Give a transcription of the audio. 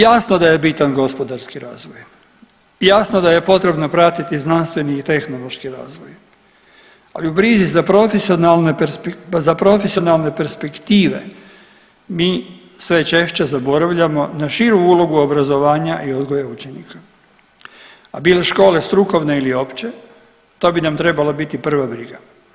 Jasno da je bitan gospodarski razvoj, jasno da je potrebno pratiti znanstveni i tehnološki razvoj ali u brizi za profesionalne perspektive mi sve češće zaboravljamo na širu ulogu obrazovanja i odgoja učenika, a bile škole strukovne ili opće to bi nam trebala biti prva briga.